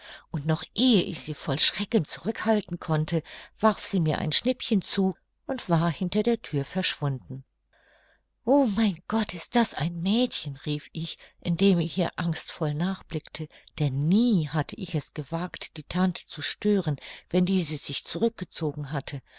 und noch ehe ich sie voll schrecken zurückhalten konnte warf sie mir ein schnippchen zu und war hinter der thür verschwunden o mein gott ist das ein mädchen rief ich indem ich ihr angstvoll nachblickte denn nie hatte ich es gewagt die tante zu stören wenn diese sich zurück gezogen hatte